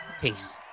Peace